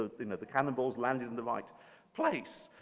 ah the and the cannonballs landed in the right place.